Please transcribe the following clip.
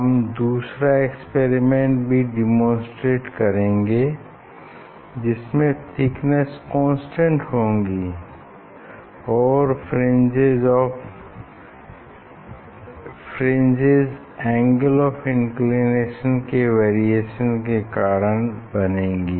हम दूसरा एक्सपेरिमेंट भी डेमोंस्ट्रेटे करेंगे जिसमे थिकनेस कांस्टेंट होगी और फ्रिंजेस एंगल ऑफ़ इंक्लिनेशन के वेरिएशन के कारण बनेंगी